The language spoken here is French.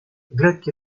gluck